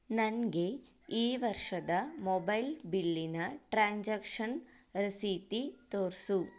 ನನಗೆ ಈ ವರ್ಷದ ಮೊಬೈಲ್ ಬಿಲ್ಲಿನ ಟ್ರಾನ್ಸಾಕ್ಷನ್ ರಸೀತಿ ತೋರಿಸು